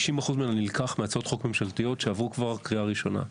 נלקח מהצעות חוק ממשלתיות שעברו כבר קריאה ראשונה.